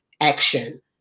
action